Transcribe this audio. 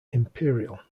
imperial